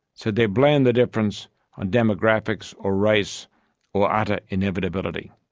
so they blame the difference on demographics or race or utter inevitability.